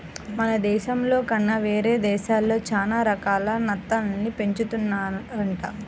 మన దేశంలో కన్నా వేరే దేశాల్లో చానా రకాల నత్తల్ని పెంచుతున్నారంట